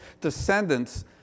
descendants